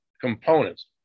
components